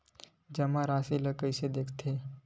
जमा राशि ला कइसे देखथे?